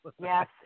Yes